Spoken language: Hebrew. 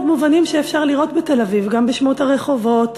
מובנים שאפשר לראות בתל-אביב: גם בשמות הרחובות,